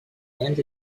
and